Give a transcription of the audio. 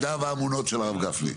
זה בידיו האמונות של הרב גפני.